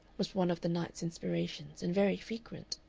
was one of the night's inspirations, and very frequent.